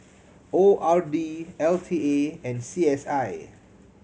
O R D L T A and C S I